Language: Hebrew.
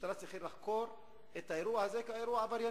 המשטרה צריכה לחקור את האירוע הזה כאירוע עברייני,